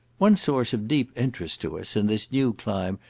one source of deep interest to us, in this new clime,